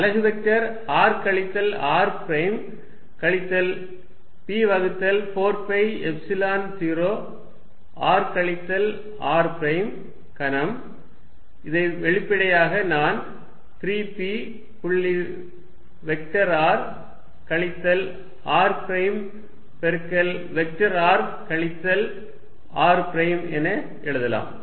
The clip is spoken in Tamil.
அலகு வெக்டர் r கழித்தல் r பிரைம் கழித்தல் p வகுத்தல் 4 பை எப்சிலன் 0 r கழித்தல் r பிரைம் கனம் இதை வெளிப்படையாக நான் 3 p புள்ளி வெக்டர் r கழித்தல் r பிரைம் பெருக்கல் வெக்டர் r கழித்தல் r பிரைம் என எழுதலாம்